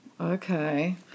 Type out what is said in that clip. Okay